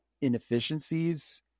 inefficiencies